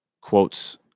quotes